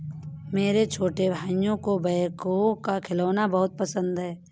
मेरे छोटे भाइयों को बैकहो का खिलौना बहुत पसंद है